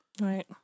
Right